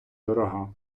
дорога